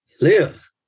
live